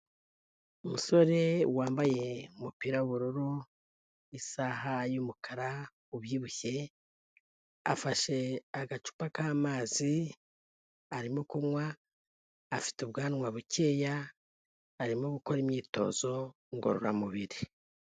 Umusore wambaye umupira w'ubururu, isaha y'umukara, ubyibushye, afashe agacupa k'amazi arimo kunywa, afite ubwanwa bukeya, arimo gukora imyitozo ngororamubiri.